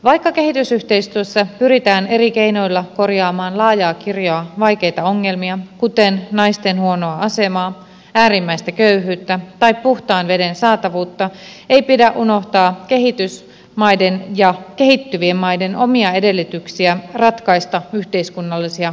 vaikka kehitysyhteistyössä pyritään eri keinoilla korjaamaan laajaa kirjoa vaikeita ongelmia kuten naisten huonoa asemaa äärimmäistä köyhyyttä tai puhtaan veden saatavuutta ei pidä unohtaa kehitysmaiden ja kehittyvien maiden omia edellytyksiä ratkaista yhteiskunnallisia ongelmiaan